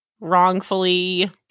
wrongfully